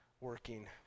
working